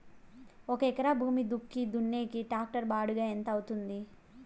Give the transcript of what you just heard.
ఒక ఎకరా భూమి దుక్కి దున్నేకి టాక్టర్ బాడుగ ఎంత అవుతుంది?